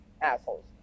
assholes